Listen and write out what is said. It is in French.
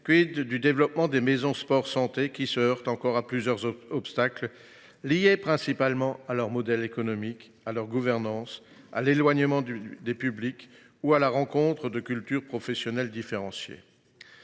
santé, du développement des maisons sport santé, qui se heurte encore à plusieurs obstacles, notamment leur modèle économique, leur gouvernance, l’éloignement des publics ou la rencontre de cultures professionnelles différenciées